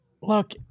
look